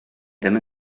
ddim